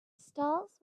stalls